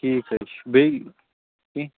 ٹھیٖک حظ چھِ بیٚیہِ کیٚنہہ